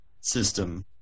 system